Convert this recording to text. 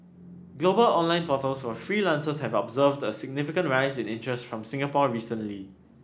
global online portals for freelancers have observed a significant rise in interest from Singapore recently